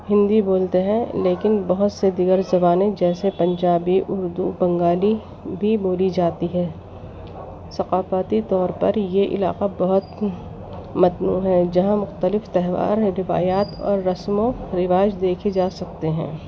ہندی بولتے ہیں لیکن بہت سے دیگر زبانیں جیسے پنجابی اردو بنگالی بھی بولی جاتی ہے ثقافاتی طور پر یہ علاقہ بہت متنوع ہے جہاں مختلف تہوار اور روایات اور رسم و رواج دیکھے جا سکتے ہیں